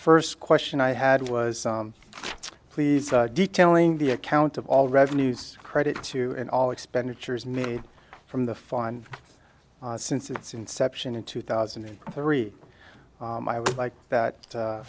first question i had was please detailing the account of all revenues credit to and all expenditures made from the fine since its inception in two thousand and three i would like that